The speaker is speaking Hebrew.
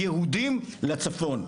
יהודים לצפון.